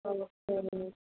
ஓ சரி மேம்